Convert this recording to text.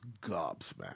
gobsmacked